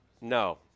No